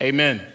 Amen